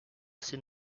ces